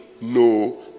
no